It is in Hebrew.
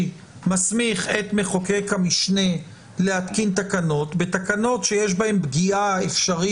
טוב שגם עמדתך נשמעת כאן, ואנחנו מאפשרים